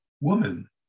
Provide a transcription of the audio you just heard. woman